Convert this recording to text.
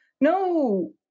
no